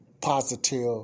positive